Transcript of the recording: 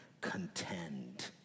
contend